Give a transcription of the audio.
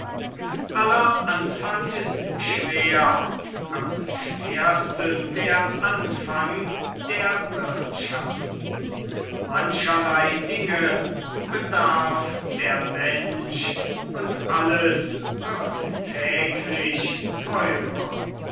aller anfang ist schwer am schwersten der anfang der wirtschaft mancherlei dinge bedarf der mensch und alles wird täglich teurer